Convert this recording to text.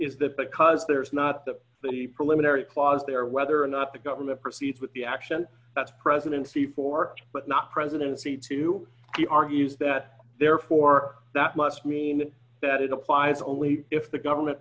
is that because there's not the the preliminary clause there whether or not the government proceeds with the action that's presidency for but not presidency to he argues that therefore that must mean that it applies only if the government